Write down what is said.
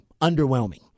underwhelming